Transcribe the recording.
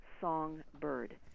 Songbird